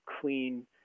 clean